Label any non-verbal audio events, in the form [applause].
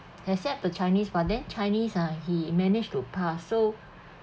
except the chinese but then chinese ah he managed to pass so [breath]